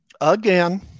Again